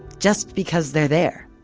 just because they're there.